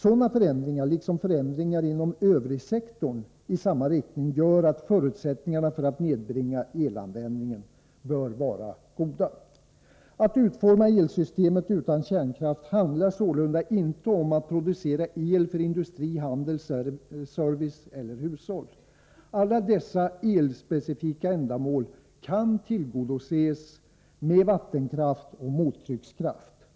Sådana förändringar, liksom förändringar inom övrigsektorn i samma riktning, gör att förutsättningarna för att nedbringa elanvändningen bör vara goda. Att utforma elsystemet utan kärnkraft handlar sålunda inte om att producera el för industri, handel, service eller hushåll. Alla dessa elspecifika ändamål kan tillgodoses med vattenkraft och mottryckskraft.